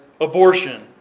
abortion